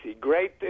great